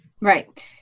Right